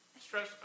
stress